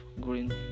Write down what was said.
green